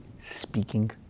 speaking